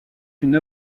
une